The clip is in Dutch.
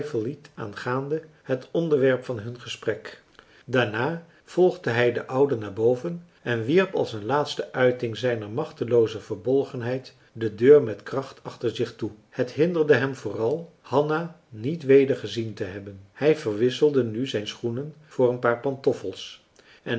aangaande het onderwerp van hun gesprek daarna volgde hij de oude naar boven en wierp als een laatste uiting zijner machtelooze verbolgenheid de deur met kracht achter zich toe het hinderde hem vooral hanna niet weder gezien te hebben hij verwisselde nu zijn schoenen voor een paar pantoffels en